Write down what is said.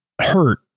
hurt